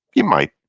you might